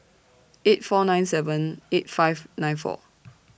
eight four nine seven eight five nine four